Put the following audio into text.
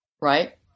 right